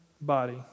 body